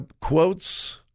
quotes